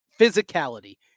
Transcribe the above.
Physicality